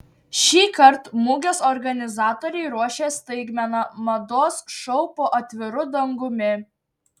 šį kartą mugės organizatoriai ruošia staigmeną mados šou po atviru dangumi